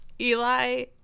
Eli